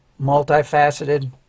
multifaceted